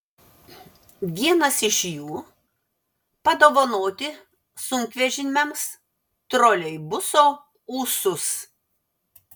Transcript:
vienas iš jų padovanoti sunkvežimiams troleibuso ūsus